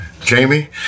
Jamie